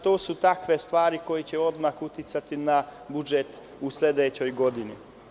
To su takve stvari koje će odmah uticati na budžet u sledećoj godini.